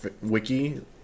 wiki